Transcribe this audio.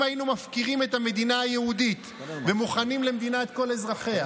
אם היינו מפקירים את המדינה היהודית ומוכנים למדינת כל אזרחיה,